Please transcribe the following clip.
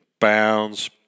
bounds